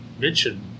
mention